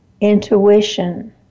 intuition